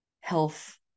health